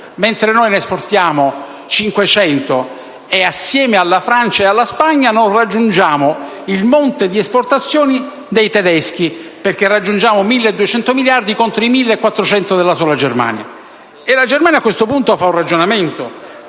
mentre noi ne esportiamo 500 e, insieme alla Francia e alla Spagna, non raggiungiamo il monte di esportazioni dei tedeschi (perché raggiungiamo la cifra di 1.200 miliardi, contro, appunto, i 1.400 della sola Germania). La Germania, a questo punto, fa un ragionamento